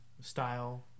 style